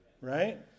right